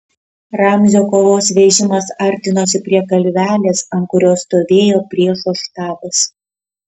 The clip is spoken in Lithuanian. ramzio kovos vežimas artinosi prie kalvelės ant kurios stovėjo priešo štabas